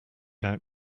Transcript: out